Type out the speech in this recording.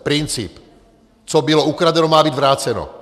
Princip co bylo ukradeno, má být vráceno.